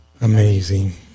amazing